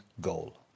goal